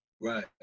right